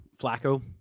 Flacco